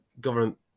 government